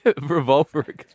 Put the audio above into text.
Revolver